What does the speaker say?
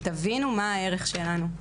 תבינו מה הערך שלנו.